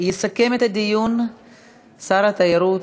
יסכם את הדיון שר התיירות,